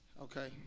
Okay